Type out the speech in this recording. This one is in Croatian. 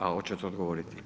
A hoćete odgovoriti?